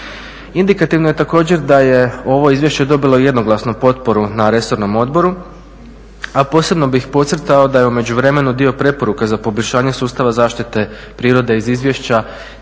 Indikativno je također da je ovo izvješće dobilo i jednoglasno potporu na resornom odboru, a posebno bih podcrtao da je u međuvremenu dio preporuka za poboljšanje sustava zaštite prirode iz izvješća